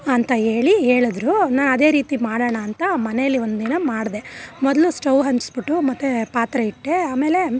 ಅಂತ ಹೇಳಿ ಹೇಳದ್ರು ನಾ ಅದೇ ರೀತಿ ಮಾಡೋಣ ಅಂತ ಮನೇಲಿ ಒಂದು ದಿನ ಮಾಡಿದೆ ಮೊದಲು ಸ್ಟೌವ್ ಹಂಚಿಸ್ಬಿಟ್ಟು ಮತ್ತು ಪಾತ್ರೆ ಇಟ್ಟೆ ಆಮೇಲೆ